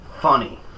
funny